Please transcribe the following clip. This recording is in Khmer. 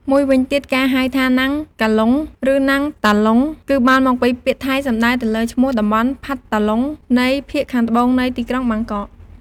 មួយវិញទៀត ការហៅថា “ណាំងកាលុង” ឬ “ណាំងតាលុង” គឺបានមកពីពាក្យថៃសំដៅទៅលើឈ្មោះតំបន់ផាត់ថាលុង នៃភាគខាងត្បូងនៃទីក្រុងបាងកក ។